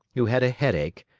who had a headache,